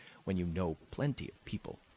when you know plenty of people.